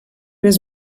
was